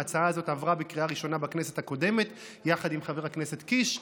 ההצעה הזאת עברה בקריאה ראשונה בכנסת הקודמת יחד עם חבר הכנסת קיש.